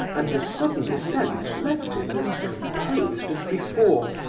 and his sudden descent left him as composed as before.